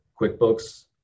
QuickBooks